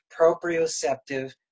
proprioceptive